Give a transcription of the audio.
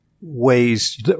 ways